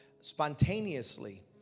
spontaneously